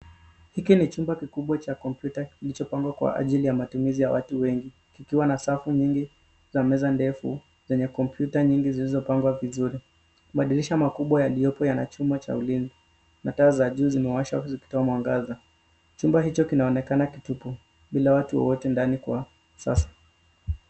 Hiki ni chumba kikubwa cha kompyuta kilichopangwa kwa ajili ya matumizi ya watu wengi, kikiwa na safu nyingi za meza ndefu zenye kompyuta nyingi zilizopangwa vizuri. Madirisha makubwa yaliyoko yana chuma cha ulinzi na taa za juu zimewashwa ili kutoa mwangaza. Chumba hicho kinaonekana kitupu bila watu wowote ndani kwa sasa.